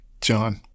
John